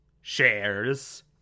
shares